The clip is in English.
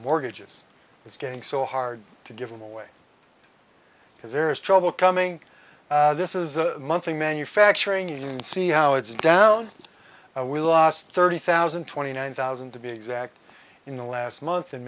mortgages it's getting so hard to give them away because there is trouble coming this is a monthly manufacturing you see how it's down we lost thirty thousand twenty nine thousand to be exact in the last month in